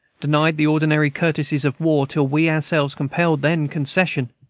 denied the ordinary courtesies of war till we ourselves compelled then concession,